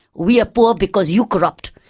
we are poor because you corrupt.